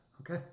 okay